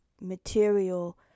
material